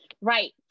right